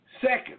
Second